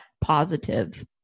positive